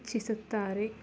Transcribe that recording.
ಇಚ್ಛಿಸುತ್ತಾರೆ